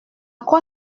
quoi